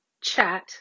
chat